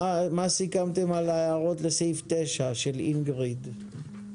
מה סיכמתם לגבי ההערות של אינגריד לסעיף 9?